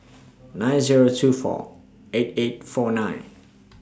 nine Zero two four eight eight four nine